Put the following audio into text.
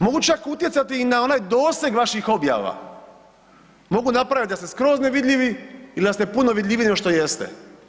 Mogu čak utjecati i na onaj doseg vaših objava, mogu napraviti da ste skroz nevidljivi ili da ste puno vidljiviji nego što jeste.